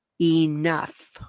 Enough